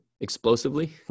explosively